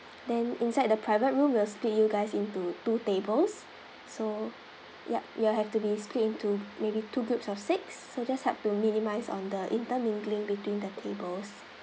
then inside the private room we'll split you guys into two tables so yup you have to be split to maybe two groups of six so just help to minimize on the intermingling between the tables